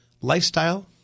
lifestyle